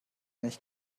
nicht